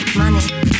money